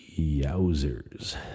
yowzers